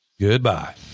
Goodbye